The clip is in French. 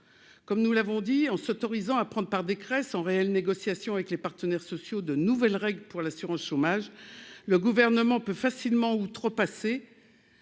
comme nous l'avons dit en s'autorisant à prendre par décret sans réelles négociations avec les partenaires sociaux, de nouvelles règles pour l'assurance chômage, le gouvernement peut facilement outrepasser